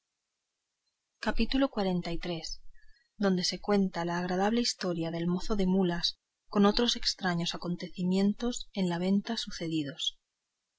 capítulo xliii donde se cuenta la agradable historia del mozo de mulas con otros estraños acaecimientos en la venta sucedidos